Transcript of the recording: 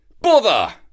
Bother